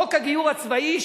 חוק הגיור הצבאי,